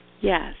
Yes